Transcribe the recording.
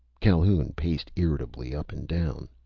calhoun paced irritably up and down.